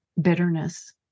bitterness